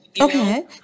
okay